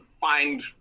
find